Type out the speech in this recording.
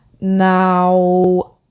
Now